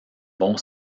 bon